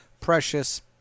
precious